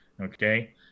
okay